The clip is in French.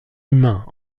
humains